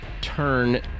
turn